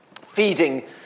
Feeding